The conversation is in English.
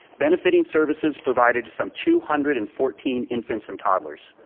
benefiting services provided to some two hundred and fourteen infants and toddlers.